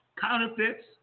counterfeits